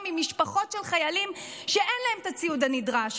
ממשפחות של חיילים שאין להם את הציוד הנדרש,